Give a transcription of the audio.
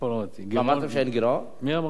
מי אמר שאין גירעון?